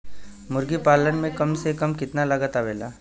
मुर्गी पालन में कम से कम कितना लागत आवेला?